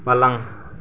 पलंग